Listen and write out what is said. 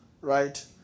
right